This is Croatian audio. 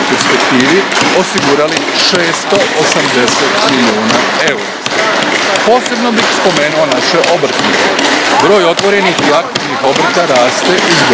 osigurali 680 milijuna eura. Posebno bih spomenuo naše obrtnike. Broj otvorenih i aktivnih obrta raste iz godine